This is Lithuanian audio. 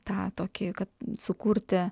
tą tokį kad sukurti